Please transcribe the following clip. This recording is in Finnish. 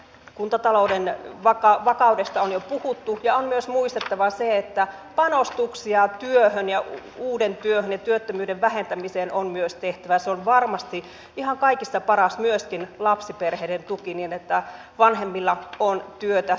kuntatalouden vakaudesta on jo puhuttu ja on myös muistettava se että panostuksia työhön ja työttömyyden vähentämiseen on myös tehtävä ja se on varmasti ihan kaikista paras myöskin lapsiperheiden tuki että vanhemmilla on työtä